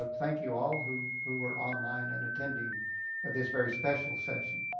ah thank you all who who were online and attending this very special session.